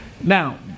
now